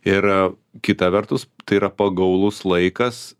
ir kita vertus tai yra pagaulus laikas